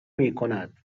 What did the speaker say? میکند